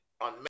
on